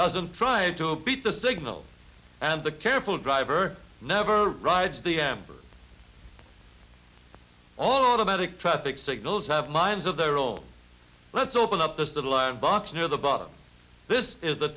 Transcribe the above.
doesn't try to beat the signals and the careful driver never rides the amp all automatic traffic signals have minds of their old let's open up this little iron box near the bottom this is the